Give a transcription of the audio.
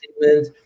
statement